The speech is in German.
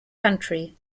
county